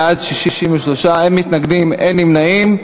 בעד, 63, אין מתנגדים, אין נמנעים.